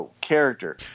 character